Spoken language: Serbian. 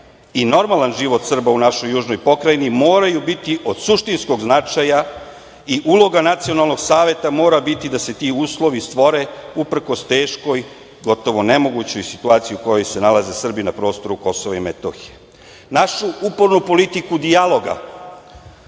i normalan život Srba u našoj južnoj pokrajini moraju biti od suštinskog značaja i uloga nacionalnog saveta mora biti da se ti uslovi stvore uprkos teškoj, gotovo nemogućoj situaciji u kojoj se nalaze Srbi na prostoru Kosova i Metohije. Našu upornu politiku dijaloga,